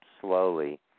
slowly